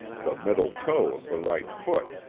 the middle toe of the right foot.